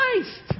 Christ